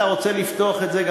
אתה רוצה לפתוח את זה?